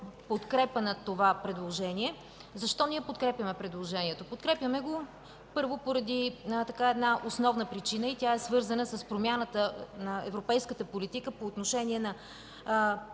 подкрепа на това предложение. Защо подкрепяме предложението? Подкрепяме го, първо, поради една основна причина, свързана с промяната на европейската политика по отношение на